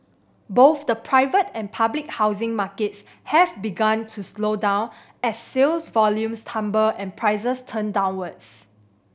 both the private and public housing markets have begun to slow down as sales volumes tumble and prices turn downwards